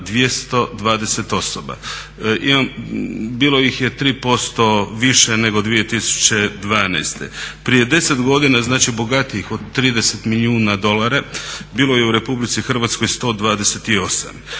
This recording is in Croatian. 220 osoba. Bilo ih je 3% više nego 2012. Prije 10 godina znači bogatijih od 30 milijuna dolara bilo je RH 128.